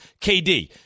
KD